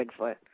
Bigfoot